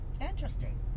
Interesting